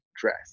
dress